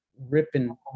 ripping